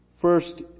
First